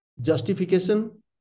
justification